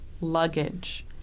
luggage